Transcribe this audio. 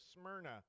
Smyrna